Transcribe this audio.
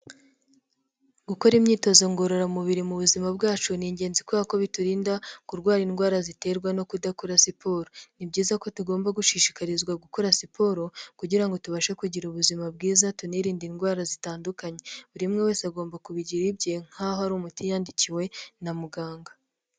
Gukora imyitozo ngororamubiri mu buzima bwacu ni ingenzi kuberako biturinda kurwara indwara ziterwa no kudakora siporo. Ni byiza ko tugomba gushishikarizwa gukora siporo kugira ngo tubashe kugira ubuzima bwiza tunirinde indwara zitandukanye buri umwe wese agomba kubigira ibye nk'aho ari umuti yandikiwe na muganga.